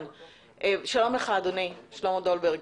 שלום לך אדוני שלמה דולברג.